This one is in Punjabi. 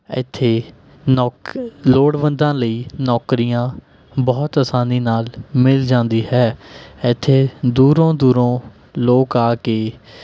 ਇੱਥੇ ਨੌਕ ਲੋੜਵੰਦਾਂ ਲਈ ਨੌਕਰੀਆਂ ਬਹੁਤ ਆਸਾਨੀ ਨਾਲ ਮਿਲ ਜਾਂਦੀ ਹੈ ਇੱਥੇ ਦੂਰੋਂ ਦੂਰੋਂ ਲੋਕ ਆ ਕੇ